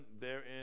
therein